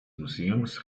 museums